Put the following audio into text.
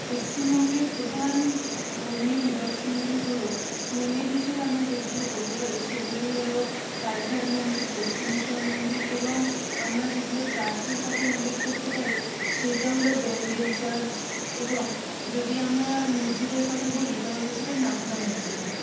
পশ্চিমবঙ্গের প্রধান ধর্মীয় নিদর্শনগুলি হল মন্দির হিসেবে আমরা যেগুলো বলতে পারি সেগুলি হল কালীঘাট মন্দির দক্ষিণেশ্বর মন্দির এবং আমরা যেগুলো চার্চের কথা উল্লেখ করতে পারি সেটা হল ব্যান্ডেল চার্চ এবং যদি আমরা মসজিদের কথা বলি তাহলে সেটা নাখোদা মসজিদ হবে